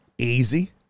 Easy